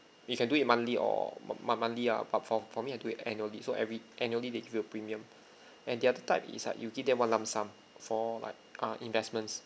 you can do it monthly or month monthly ah for for me I do it annually so every annually they give you a premium and the other type is like you give them one lump sum for like uh investments